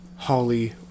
Holly